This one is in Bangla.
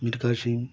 মীর কাশেম